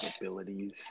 abilities